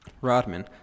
Rodman